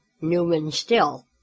Newman-Still